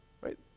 right